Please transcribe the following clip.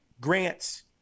grants